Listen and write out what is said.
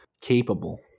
capable